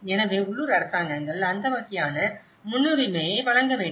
எனவே உள்ளூர் அரசாங்கங்கள் அந்த வகையான முன்னுரிமையை வழங்க வேண்டும்